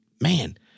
man